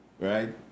Right